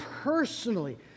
personally